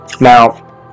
Now